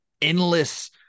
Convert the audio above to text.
endless